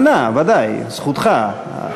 או יימנע, ודאי, זכותך.